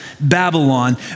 Babylon